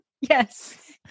yes